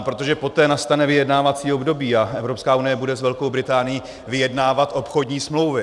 Protože poté nastane vyjednávací období a Evropská unie bude s Velkou Británií vyjednávat obchodní smlouvy.